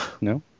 no